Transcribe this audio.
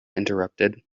interrupted